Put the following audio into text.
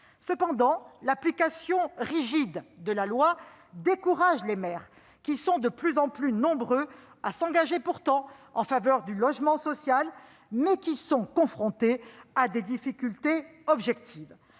Cependant, l'application rigide de la loi décourage les maires, qui sont pourtant de plus en plus nombreux à s'engager en faveur du logement social, mais qui sont confrontés à des difficultés objectives.